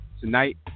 Tonight